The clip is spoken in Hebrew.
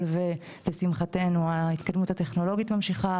ולשמחתנו ההתקדמות הטכנולוגית ממשיכה,